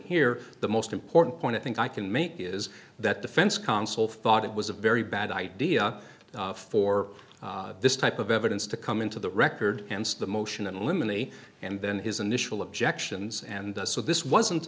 here the most important point i think i can make is that defense console thought it was a very bad idea for this type of evidence to come into the record and the motion and eliminate and then his initial objections and so this wasn't